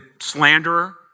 slanderer